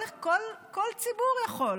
כל ציבור יכול,